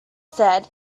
said